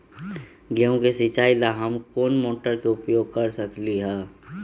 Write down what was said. गेंहू के सिचाई ला हम कोंन मोटर के उपयोग कर सकली ह?